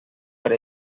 per